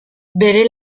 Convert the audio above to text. bere